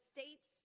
States